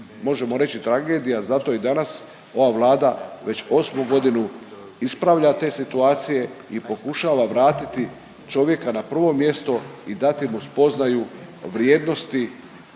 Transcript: možemo reći tragedija, zato i danas ova Vlada već 8.g. ispravlja te situacije i pokušava vratiti čovjeka na prvo mjesto i dati mu spoznaju vrijednosti